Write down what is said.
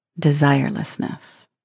desirelessness